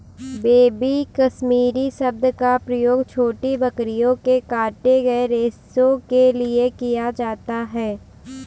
baby Kashmiri शब्द का प्रयोग छोटी बकरियों के काटे गए रेशो के लिए किया जाता है